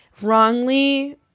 wrongly